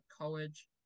college